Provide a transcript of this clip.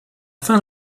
fin